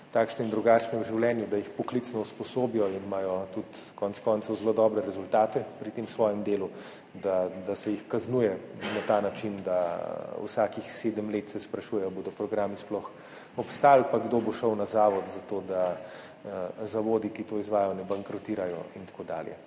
takšne in drugačne, da jih poklicno usposobijo, in imajo tudi konec koncev zelo dobre rezultate pri tem svojem delu, da se jih kaznuje na ta način, da se vsakih sedem let sprašujejo, ali bodo programi sploh obstali pa kdo bo šel na zavod, zato da zavodi, ki to izvajajo, ne bankrotirajo, in tako dalje.